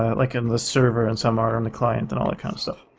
ah like um the server and some are on the client and all that kind of stuff.